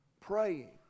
praying